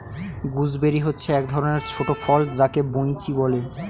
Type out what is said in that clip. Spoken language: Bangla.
গুজবেরি হচ্ছে এক ধরণের ছোট ফল যাকে বৈঁচি বলে